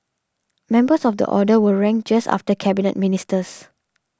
members of the Order were ranked just after Cabinet Ministers